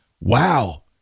wow